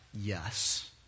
Yes